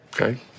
Okay